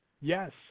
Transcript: Yes